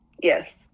yes